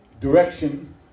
direction